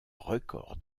record